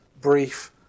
brief